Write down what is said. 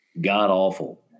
god-awful